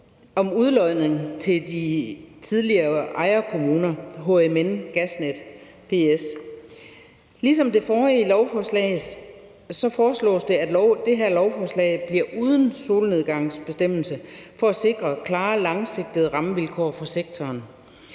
om udlodning til de tidligere ejerkommuner i HMN GasNet P/S. Ligesom ved det forrige lovforslag foreslås det, at det her lovforslag bliver uden en solnedgangsbestemmelse, for at sikre klare og langsigtede rammevilkår for sektoren,